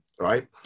right